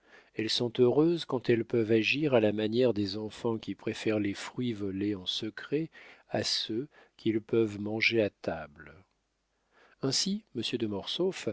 elles sont heureuses quand elles peuvent agir à la manière des enfants qui préfèrent les fruits volés en secret à ceux qu'ils peuvent manger à table ainsi monsieur de